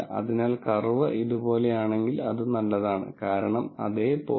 അതിനാൽ കർവ് ഇതുപോലെയാണെങ്കിൽ അത് നല്ലതാണ് കാരണം അതേ 0